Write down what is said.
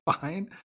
fine